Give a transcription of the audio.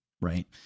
Right